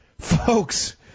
Folks